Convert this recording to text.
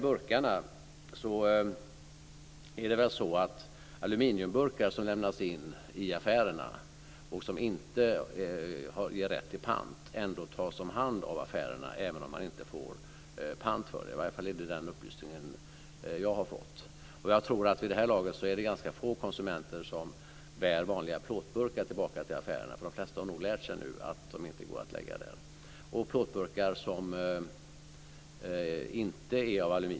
Aluminiumburkar som lämnas in i affärerna och som inte ger rätt till pant tas ändå om hand av affärerna. Det är i alla fall den upplysning jag har fått. Jag tror att det vid det här laget är få konsumenter som bär vanliga plåtburkar tillbaka till affärerna. De flesta har lärt sig att de inte kan läggas där.